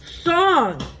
song